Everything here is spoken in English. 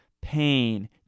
pain